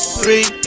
three